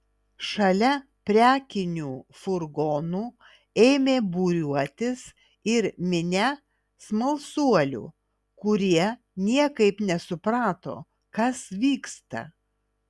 šalia prekinių furgonų ėmė būriuotis ir minia smalsuolių kurie niekaip nesuprato kas vyksta